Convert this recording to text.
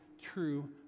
true